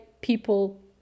people